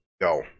go